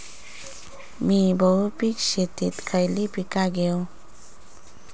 मी बहुपिक शेतीत खयली पीका घेव?